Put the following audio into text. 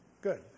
Good